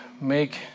make